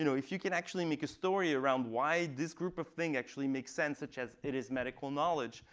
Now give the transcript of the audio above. you know if you can actually make a story around why this group of thing actually makes sense, such as it is medical knowledge,